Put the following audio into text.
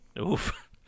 Oof